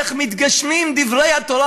איך מתגשמים דברי התורה,